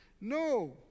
No